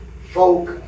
folk